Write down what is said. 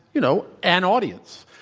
you know, an audience.